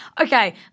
Okay